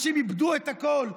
אנשים איבדו את הכול,